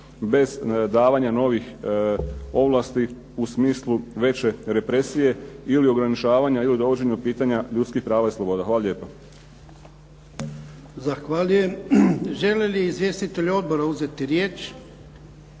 bez davanja novih ovlasti u smislu veće represije ili ograničavanja ili u dovođenju pitanja ljudskih prava i sloboda. Hvala lijepa.